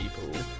people